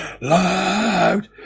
loud